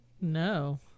No